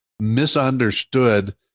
Misunderstood